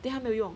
then 他没有用